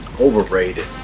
Overrated